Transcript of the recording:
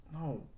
No